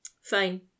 Fine